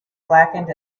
blackened